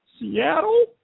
Seattle